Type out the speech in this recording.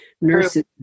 nurses